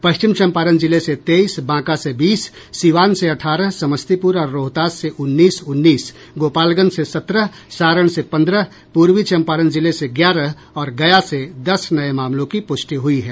पश्चिम चंपारण जिले से तेईस बांका से बीस सीवान से अठारह समस्तीपुर और रोहतास से उन्नीस उन्नीस गोपालगंज से सत्रह सारण से पंद्रह पूर्वी चंपारण जिले से ग्यारह और गया से दस नये मामलों की पुष्टि हुई है